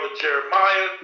Jeremiah